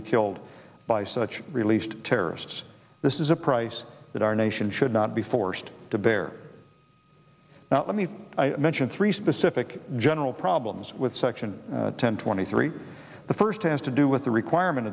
be killed by such released terrorists this is a price that our nation should not be forced to bear let me mention three specific general problems with section ten twenty three the first has to do with the requirement